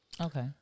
Okay